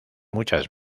muchas